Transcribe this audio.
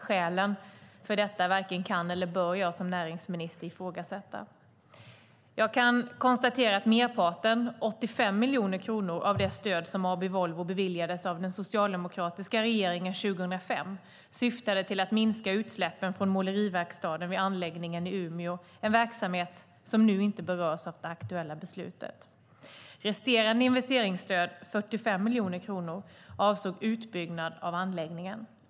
Skälen för detta varken kan eller bör jag som näringsminister ifrågasätta. Jag kan konstatera att merparten - 85 miljoner kronor - av det stöd som AB Volvo beviljades av den socialdemokratiska regeringen 2005 syftade till att minska utsläppen från måleriverkstaden vid anläggningen i Umeå, en verksamhet som nu inte berörs av det aktuella beslutet. Resterande investeringsstöd - 45 miljoner kronor - avsåg utbyggnad av anläggningen.